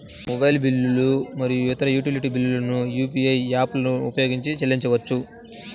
mobile బిల్లులు మరియు ఇతర యుటిలిటీ బిల్లులను యూ.పీ.ఐ యాప్లను ఉపయోగించి చెల్లించవచ్చు